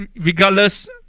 regardless